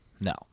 no